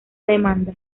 demanda